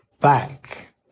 back